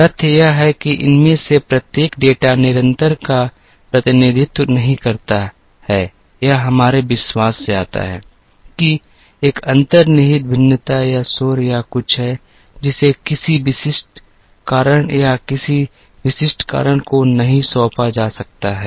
तथ्य यह है कि इनमें से प्रत्येक डेटा निरंतर का प्रतिनिधित्व नहीं करता है यह हमारे विश्वास से आता है कि एक अंतर्निहित भिन्नता या शोर या कुछ है जिसे किसी विशिष्ट कारण या किसी विशिष्ट कारण को नहीं सौंपा जा सकता है